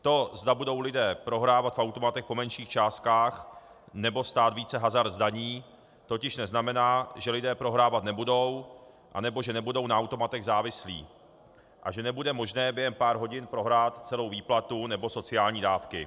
To, zda budou lidé prohrávat v automatech po menších částkách, nebo stát více hazard zdaní, totiž neznamená, že lidé prohrávat nebudou nebo že nebudou na automatech závislí a že nebude možné během pár hodin prohrát celou výplatu nebo sociální dávky.